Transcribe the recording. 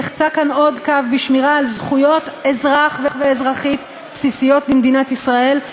נחצה כאן עוד קו בשמירה על זכויות אזרח ואזרחית בסיסיות במדינת ישראל,